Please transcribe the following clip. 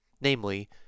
namely